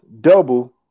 double